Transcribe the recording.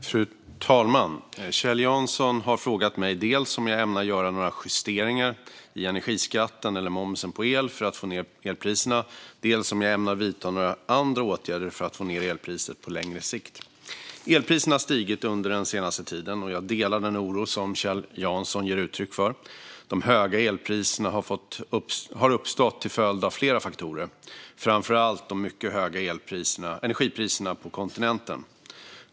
Fru talman! Kjell Jansson har frågat mig dels om jag ämnar göra några justeringar i energiskatten eller momsen på el för att få ned elpriserna, dels om jag ämnar vidta några andra åtgärder för att få ned elpriset på längre sikt. Elpriserna har stigit under den senaste tiden, och jag delar den oro som Kjell Jansson ger uttryck för. De höga elpriserna har uppstått till följd av flera faktorer, framför allt de mycket höga energipriserna på kontinenten.